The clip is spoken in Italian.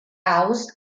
house